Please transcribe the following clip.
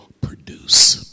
produce